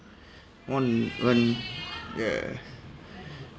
on on yeah